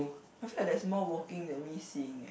I feel like there's more walking than me seeing eh